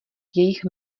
jejich